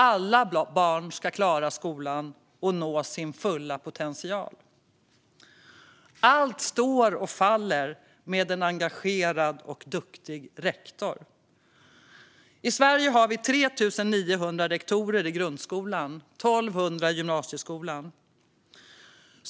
Alla barn ska klara skolan och nå sin fulla potential. Allt står och faller med en engagerad och duktig rektor. I Sverige har vi 3 900 rektorer i grundskolan och 1 200 i gymnasieskolan.